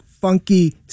funky